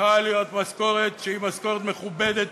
צריכה להיות משכורת שהיא משכורת מכובדת,